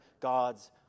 God's